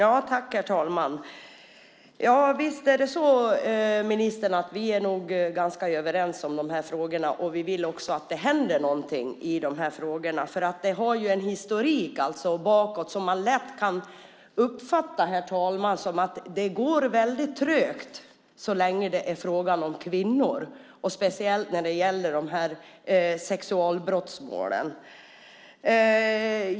Herr talman! Ja, visst är det så, ministern: Vi är nog ganska överens om de här frågorna, och vi vill också att det händer någonting i de här frågorna. Det här har ju en historik bakåt som man lätt kan uppfatta, herr talman, som att det går väldigt trögt så länge det är fråga om kvinnor, speciellt när det gäller de här sexualbrottsmålen.